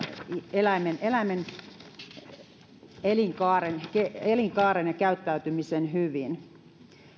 eläimen eläimen elinkaaren elinkaaren ja käyttäytymisen hyvin